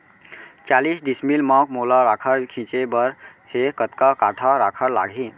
चालीस डिसमिल म मोला राखड़ छिंचे बर हे कतका काठा राखड़ लागही?